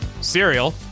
cereal